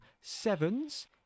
Sevens